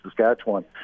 Saskatchewan